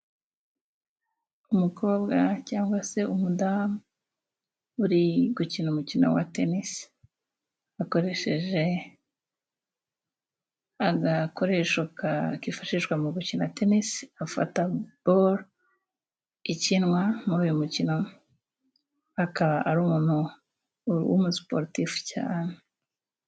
Umukobwa cyangwa se umudamu, uri gukina umukino wa tenisi; akoresheje agakoresho kifashishwa mu gukina tenisi gafata boro. Ikinwa muri uyu mukino akaba ari umuntu w'umu siporutifu cyane.